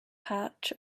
patch